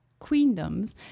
queendoms